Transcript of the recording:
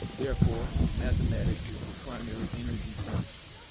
therefore, mathematics is the primary energy science.